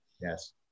yes